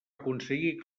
aconseguir